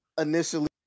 initially